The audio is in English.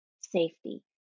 safety